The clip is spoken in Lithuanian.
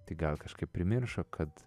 tik gal kažkaip primiršo kad